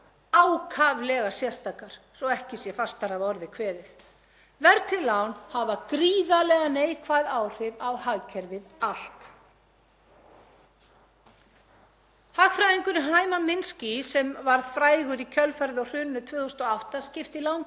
Hagfræðingurinn Hyman Minsky, sem varð frægur í kjölfarið á hruninu 2008, skiptir lántakendum í þrjá flokka. Án þess að ég fari nánar út í þá flokkun voru það öruggir lántakendur, sem heimfært upp á íslenskan veruleika eru þeir sem taka